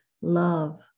love